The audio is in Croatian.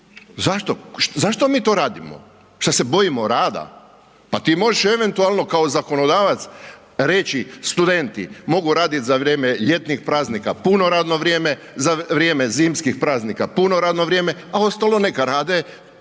zašto mi o radimo? Šta se bojimo rada? Pa ti možeš eventualno kao zakonodavac reći studenti mogu radit za vrijeme ljetnih praznika puno vrijeme, za vrijeme zimskih praznika puno radno vrijeme, a ostalo neka rade